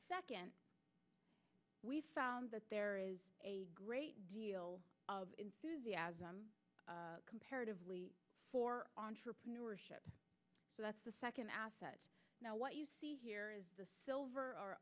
second we found that there is a great deal of enthusiasm comparatively for entrepreneurship so that's the second asset now what you see here is the silver or